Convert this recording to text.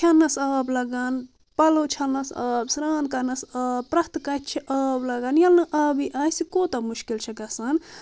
کھٮ۪نس آب لگان پلو چھلنس آب سرٛان کرنس آب پرٛٮ۪تھ کتھِ چھُ آب لگان ییٚلہِ نہٕ آبٕے آسہِ کوٗتاہ مُشکِل چھِ گژھان